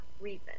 reason